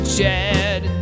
Chad